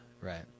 right